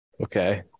Okay